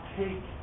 take